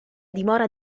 dimora